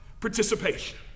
participation